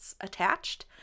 attached